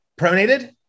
pronated